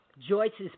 Joyce's